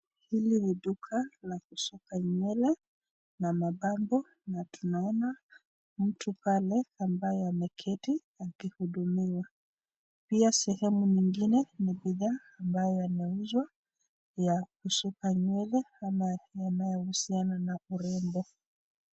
Hili ni duka la kusuka nywele na mapambo na tunaona mtu pale ambaye ameketi akihudumiwa, pia sehemu nyingine ni bidhaa ambayo yanauzwa ya kusuka nywele ama yanayohusiana na urembo.